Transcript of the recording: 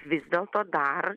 vis dėlto dar